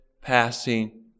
passing